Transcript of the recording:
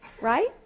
right